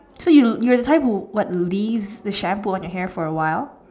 so you you will have to what leave the shampoo on your hair for awhile